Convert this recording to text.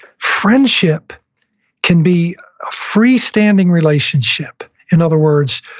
friendship can be a freestanding relationship. in other words,